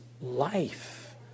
life